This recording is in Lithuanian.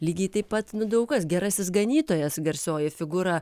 lygiai taip pat daug kas gerasis ganytojas garsioji figūra